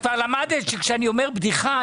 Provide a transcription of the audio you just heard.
את כבר למדת שכשאני אומר בדיחה,